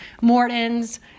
Morton's